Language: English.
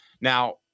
Now